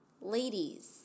ladies